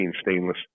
stainless